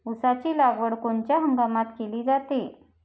ऊसाची लागवड कोनच्या हंगामात केली जाते?